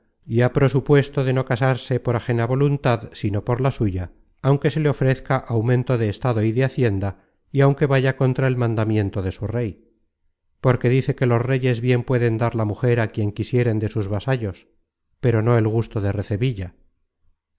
ha prosupuesto de no casarse por ajena voluntad sino por la suya aunque se le ofrezca aumento de estado y de hacienda y aunque vaya contra el mandamiento de su rey porque dice que los reyes bien pueden dar la mujer á quien quisieren de sus vasallos pero no el gusto de